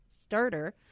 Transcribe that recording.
starter